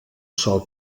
sol